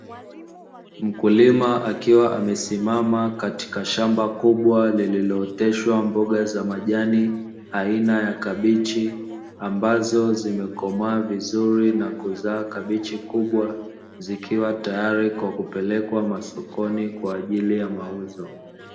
Mkulima akiwa amesimama katika shamba kubwa, lililooteshwa mboga za majani aina ya kabichi, ambazo zimekomaa vizuri na kuzaa kabichi kubwa, zikiwa tayari kwa kupelekwa masokoni kwa ajili ya mauzo.